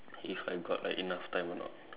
see if I got like enough time or not